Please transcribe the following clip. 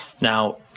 Now